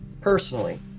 personally